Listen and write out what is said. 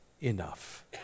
enough